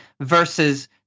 versus